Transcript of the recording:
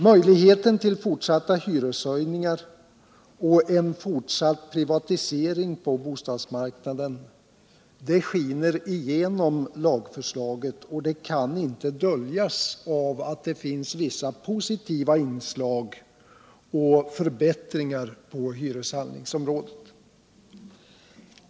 Möjligheten till fortsatta hyreshöjningar och en fortsatt privatisering på bostadsmarknaden skiner igenom lagförslaget och kan inte döljas av att det finns vissa positiva inslag och förbättringar på hyresförhandlingsområdet.